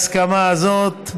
ההסכמה הזאת,